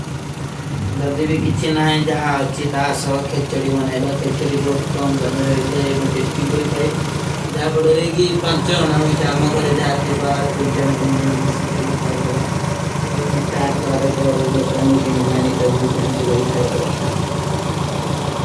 ଜଦ ଭୀ କିଛୀ ନହୀଂ ଜହାଁ ଅଚ୍ଛୀ ତା ଆଚ୍ଛୋ ଖେଚ୍ଚୋଡୀ ମନେଵା। ଖେଚ୍ଚୋଡୀ ବହୁତ କମ ସମଯର ହୋ ଜାଏ, ବହୁତ ଟେସ୍ଟୀ ଭୀ ହୋ ଇତାଈ। ଜବ ପଡେଗୀ ପାଂଚୋ ହୋନା, ଉଠେ ଆମା ଖରେ ଜାତୀ ପା, ତୀଲ ଜାନା, ତୀଲ ଜାନା ମିଶୀ କରୀ ଖାଈ ଦବା। ଅଗର ମୁଝେ ଚାଟ ପାଡେ କରୂ, ଦୋକାର ନୋର କେନୀ ଗଯାନୀ ତକ ମିଶୀ କରୀ ଖାଈ ଦବା।